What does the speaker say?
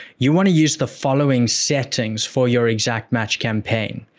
you want to use the following settings for your exact match campaign.